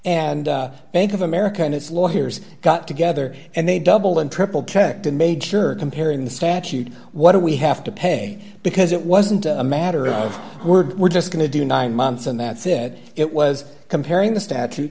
and bank of america and its lawyers got together and they double and triple checked and made sure comparing the statute what do we have to pay because it wasn't a matter of we're just going to do nine months and that's it it was comparing the statute